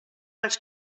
ice